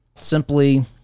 simply